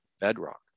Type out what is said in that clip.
bedrock